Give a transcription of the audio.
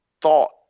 thought